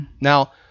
Now